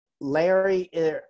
Larry